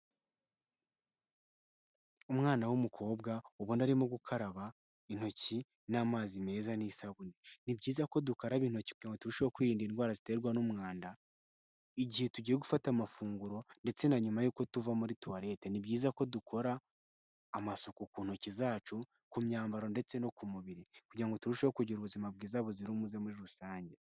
Umwana w'umukobwa ubona arimo gukaraba intoki n'amazi meza n'isabune. Ni byiza ko dukaraba intoki kugira ngo turushaho kwirinda indwara ziterwa n'umwanda, igihe tugiye gufata amafunguro ndetse na nyuma y'uko tuva muri tuwarete, ni byiza ko dukora amasuku ku ntoki zacu ku myambaro ndetse no ku mubiri, kugira ngo turusheho kugira ubuzima bwiza buzira umuze muri rusange.